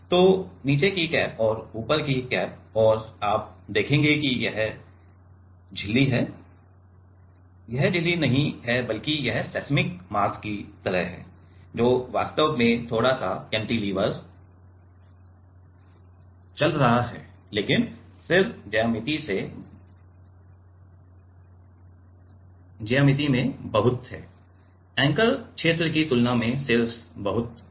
तो नीचे की कैप और ऊपर की कैप और आप देखेंगे कि यह झिल्ली है यह झिल्ली नहीं है बल्कि यह सेस्मिक मास की तरह है जो वास्तव में थोड़ा सा कैंटीलीवर चल रहा है लेकिन सिर ज्यामिति में बहुत है एंकर क्षेत्र की तुलना में सिर बहुत बड़ा है